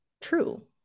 true